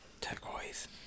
Turquoise